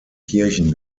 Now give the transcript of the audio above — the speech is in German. kirchen